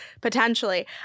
potentially